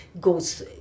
goes